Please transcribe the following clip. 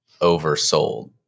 oversold